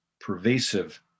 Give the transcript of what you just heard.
pervasive